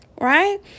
Right